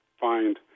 find